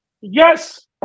Yes